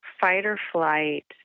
fight-or-flight